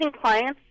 clients